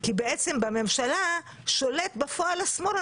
כי בממשלה שולט בפועל השמאל.